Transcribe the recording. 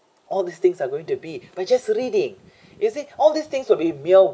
all these things are going to be by just reading you see all these things will be mea~